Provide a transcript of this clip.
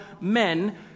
men